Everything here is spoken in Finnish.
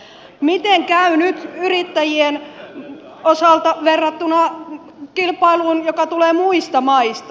miten käy nyt yrittäjien osalta verrattuna kilpailuun joka tulee muista maista